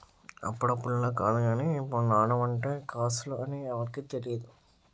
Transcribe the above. అప్పుడులా కాదు గానీ ఇప్పుడు నాణెం అంటే కాసులు అని ఎవరికీ తెలియదు